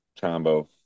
combo